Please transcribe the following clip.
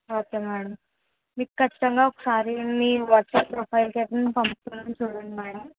okay madam మీకు ఖచ్చితంగా ఒకసారి మీ వాట్సాప్ ప్రొఫైల్కి పంపిస్తాము చూడండి మేడం